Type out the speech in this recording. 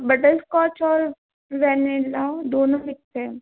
butterscotch और vanilla दोनों बिकते हैं